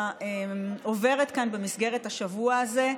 עוברת כאן במסגרת השבוע הזה.